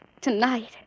Tonight